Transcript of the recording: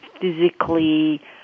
physically